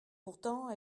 pourtant